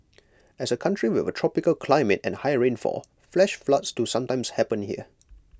as A country with A tropical climate and high rainfall flash floods do sometimes happen here